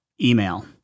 email